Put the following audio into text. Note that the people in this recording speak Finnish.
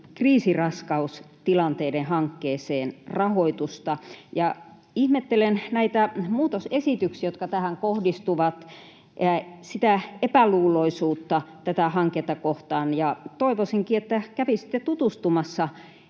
kriisiraskaustilanteiden hankkeeseen rahoitusta, ja ihmettelen näitä muutosesityksiä, jotka tähän kohdistuvat ja sitä epäluuloisuutta tätä hanketta kohtaan, ja toivoisinkin, että kävisitte tutustumassa